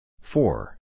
Four